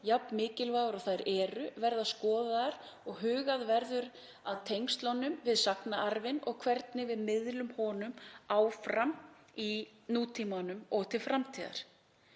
jafn mikilvægar og þær eru, verða skoðaðar og hugað verður að tengslunum við sagnaarfinn og hvernig við miðlum honum áfram í nútímanum og til framtíðar.